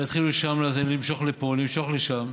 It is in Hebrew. יתחילו למשוך לפה, למשוך לשם.